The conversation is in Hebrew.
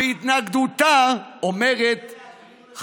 והתנגדותה אומרת דורשני,